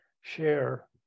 share